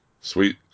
sweet